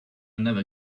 never